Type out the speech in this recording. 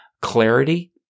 clarity